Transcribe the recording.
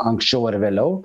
anksčiau ar vėliau